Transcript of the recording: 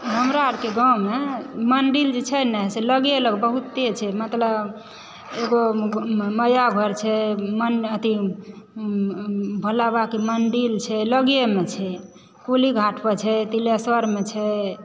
हमरा अरके गाँवमे मंदिल जे छै न से लगे लग बहुते छै मतलब एगो मैयाँ घर छै मन अथी भोला बाबाकेँ मंदिल छै लगयमे छै कुलीघाटमे छै तिल्हेश्वरमे छै